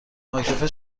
مایکروفر